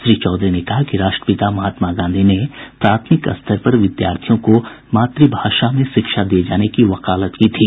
श्री चौधरी ने कहा कि राष्ट्रपिता महात्मा गांधी ने प्राथमिक स्तर पर विद्यार्थियों को मातृभाषा में शिक्षा दिये जाने की वकालत की थी